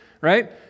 right